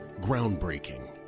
Groundbreaking